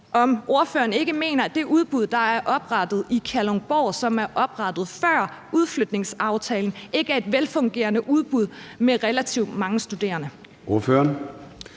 om ordføreren ikke mener, at det udbud, der er oprettet i Kalundborg, og som er oprettet før udflytningsaftalen, ikke er et velfungerende udbud med relativt mange studerende. Kl.